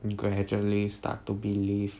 gradually start to believe